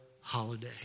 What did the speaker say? holiday